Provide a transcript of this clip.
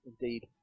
Indeed